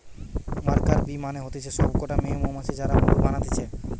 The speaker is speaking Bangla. ওয়ার্কার বী মানে হতিছে সব কটা মেয়ে মৌমাছি যারা মধু বানাতিছে